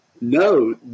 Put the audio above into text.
no